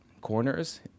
corners